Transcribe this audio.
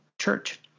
Church